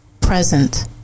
present